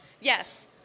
Yes